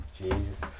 Jesus